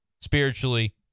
spiritually